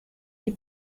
die